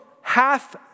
half